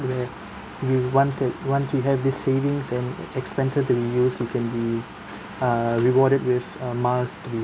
where you want uh once we have this savings and expenses that we use we can be uh rewarded with uh miles we